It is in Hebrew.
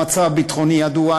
המצב הביטחוני ידוע,